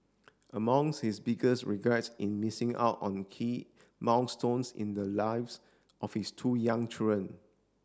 among his biggest regrets in missing out on key milestones in the lives of his two young children